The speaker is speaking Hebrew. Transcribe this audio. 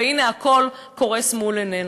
והנה הכול קורס מול עינינו.